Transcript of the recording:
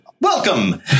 Welcome